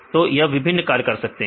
तो यह विभिन्न कार्य कर सकते हैं